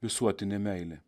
visuotinė meilė